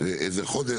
אם התשובה תהיה חיובית,